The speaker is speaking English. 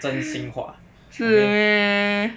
是 meh